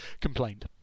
complained